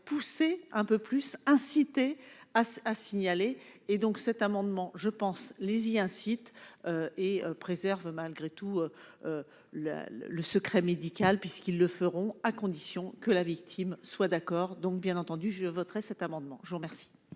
poussé un peu plus incités à se à signaler et donc cet amendement je pense les y incite et préserve malgré tout le le secret médical, puisqu'ils le feront, à condition que la victime soit d'accord, donc bien entendu, je voterai cet amendement, je vous remercie.